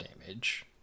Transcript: damage